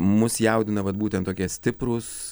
mus jaudina vat būtent tokie stiprūs